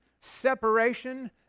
separation